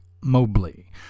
Mobley